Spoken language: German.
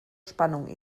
spannung